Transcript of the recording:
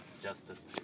justice